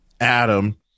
Adam